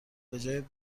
بجای